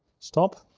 stop,